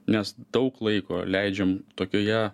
mes daug laiko leidžiam tokioje